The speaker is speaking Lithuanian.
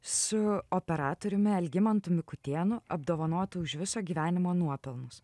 su operatoriumi algimantu mikutėnu apdovanotu už viso gyvenimo nuopelnus